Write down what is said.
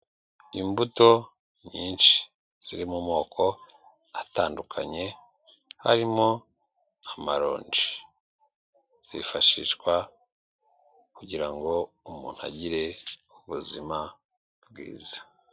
Imbuto nyinshi ziri mu moko atandukanye harimo amaronji, zifashishwa kugira ngo umuntu agire ubuzima bwiza.